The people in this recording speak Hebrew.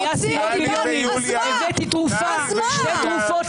הבאתי 2 תרופות.